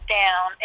down